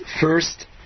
first